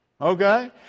okay